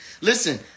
Listen